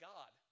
God